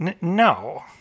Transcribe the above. No